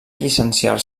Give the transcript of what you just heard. llicenciar